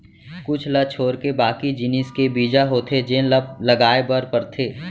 कुछ ल छोरके बाकी जिनिस के बीजा होथे जेन ल लगाए बर परथे